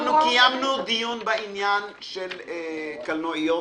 אנחנו קיימנו דיון בעניין של קלנועיות.